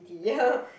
ya